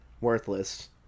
worthless